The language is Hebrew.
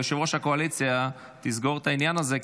יושב-ראש הקואליציה יסגור את העניין הזה,